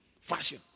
Fashion